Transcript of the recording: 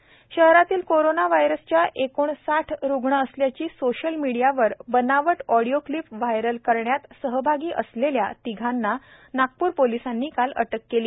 बनावट audio clip शहरातील corona व्हायरसच्या रुग्ण असल्याची सोशल मीडियावर बनावट ऑडिओ क्लिप व्हायरल करण्यात सहभागी असलेल्या तिघांना नागप्र पोलिसांनी काल अटक केली आहे